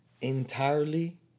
entirely